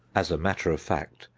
as a matter of fact,